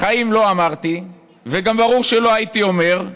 בחיים לא אמרתי וגם ברור שלא הייתי אומר,